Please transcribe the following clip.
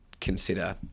consider